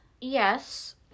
Yes